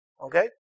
Okay